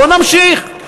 בואו נמשיך.